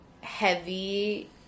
heavy